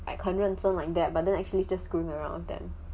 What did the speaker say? I come here and serve my but then actually just going around with them